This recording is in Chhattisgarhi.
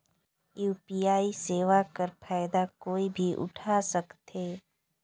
यू.पी.आई सेवा कर फायदा कोई भी उठा सकथे?